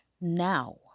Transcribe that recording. now